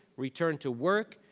return to work,